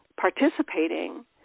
participating